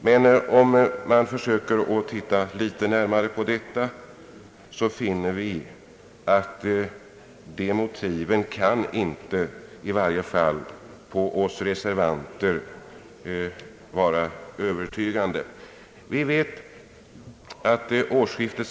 Vi reservanter kan knappast finna att detta blivit belagt på ett tillräckligt övertygande sätt. munblock.